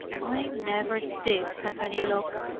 i never did have any luck,